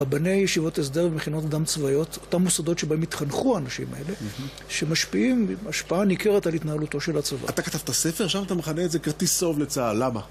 רבני ישיבות הסדר ומכינות קדם צבאיות, אותם מוסדות שבהם התחנכו האנשים האלה, שמשפיעים עם השפעה ניכרת על התנהלותו של הצבא. אתה כתבת ספר, שם אתה מכנה את זה כרטיס צהוב לצה"ל, למה?